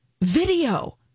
video